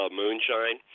moonshine